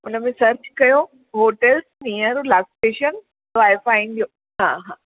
हुनमें सर्च कयो hotel near Ulhasnagar station so I find U